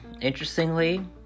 Interestingly